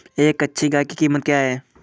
एक अच्छी गाय की कीमत क्या है?